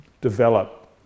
develop